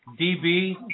DB